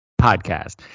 podcast